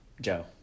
Joe